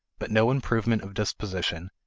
but no improvement of disposition,